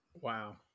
wow